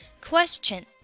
Question